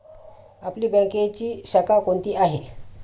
आपली बँकेची शाखा कोणती आहे